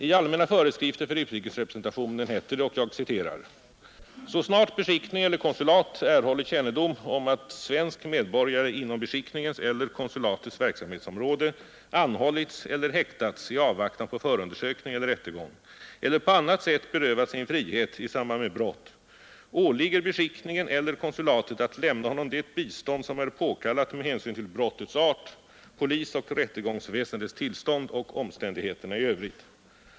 I Allmänna föreskrifter för utrikesrepresentationen heter det: ”Så snart beskickning eller konsulat erhåller kännedom om att svensk medborgare inom beskickningens eller konsulatets verksamhetsområde anhållits eller häktats i avvaktan på förundersökning eller rättegång eller på annat sätt berövats sin frihet i samband med brott, åligger beskickningen eller konsulatet att lämna honom det bistånd som är påkallat med hänsyn till brottets art, polisoch rättegångsväsendets tillstånd och omständigheterna i övrigt.